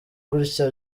gutya